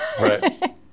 Right